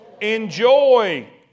Enjoy